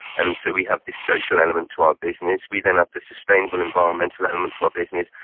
and so we have this social element to our business. we then have the sustainable environmental element to our business,